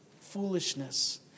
foolishness